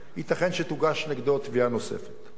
ייתכן שתוגש נגדו תביעה נוספת.